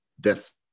death